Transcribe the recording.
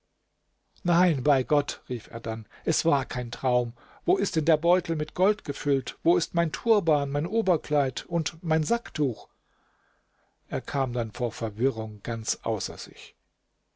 nein bei gott rief er dann es war kein traum wo ist denn der beutel mit gold gefüllt wo ist mein turban mein oberkleid und mein sacktuch er kam dann vor verwirrung ganz außer sich